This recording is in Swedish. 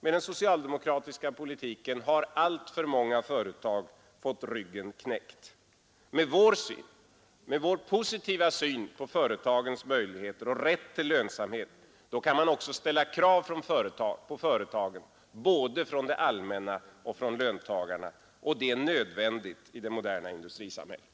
Med den socialdemokratiska politiken har alltför många företag fått ryggen knäckt. Med vår positiva syn på företagens möjligheter och rätt till lönsamhet kan man också ställa krav på företagen både från det allmänna och från löntagarna, och det är nödvändigt i det moderna industrisamhället.